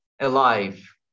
alive